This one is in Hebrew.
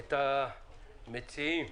את המציעים,